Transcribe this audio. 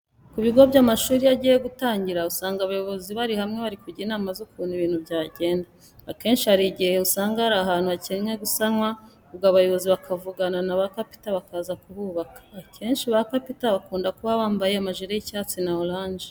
Ku bigo by'amashuri iyo agiye gutangira, usanga abayobozi bari hamwe bari kujya inama z'ukuntu ibintu byagenda. Akenshi hari igihe usanga hari ahantu hakenye gusanwa, ubwo abayobozi bakavugana na ba gapita bakaza kuhubaka. Akenshi ba gapita bakunda kuba bambaye amajire y'icyatsi cyangwa oranje.